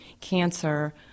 cancer